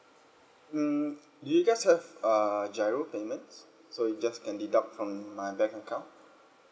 mm do you guys have uh giro payments so you just can deduct from my bank account